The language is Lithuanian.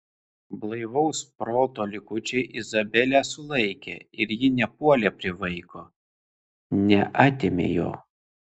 blaivaus proto likučiai izabelę sulaikė ir ji nepuolė prie vaiko neatėmė jo